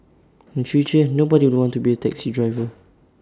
in future nobody will want to be A taxi driver